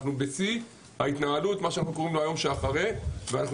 אנחנו בשיא ההתנהלות ביום שאחרי ואנחנו